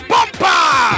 Bumper